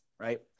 right